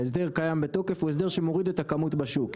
ההסדר שקיים בתוקף הוא הסדר שמוריד את הכמות בשוק.